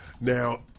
Now